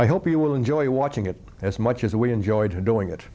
i hope you will enjoy watching it as much as we enjoyed doing it